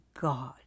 God